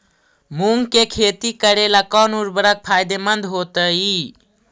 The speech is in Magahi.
मुंग के खेती करेला कौन उर्वरक फायदेमंद होतइ?